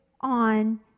on